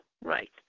Right